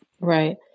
Right